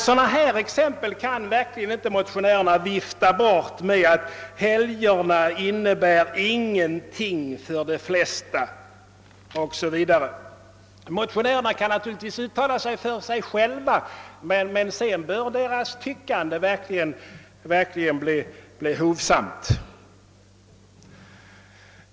Sådana här exempel kan motionärerna verkligen inte vifta bort med att »helgdagarna inte innebär någonting för de flesta» o. s. v. Motionärerna kan naturligtvis uttala sig om sig själva, men sedan bör deras tyckande tystna.